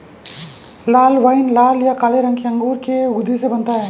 लाल wine लाल या काले रंग के अंगूर के गूदे से बनता है